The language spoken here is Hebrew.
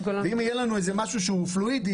אם יהיה לנו איזה משהו שהוא פלואידי,